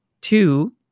Two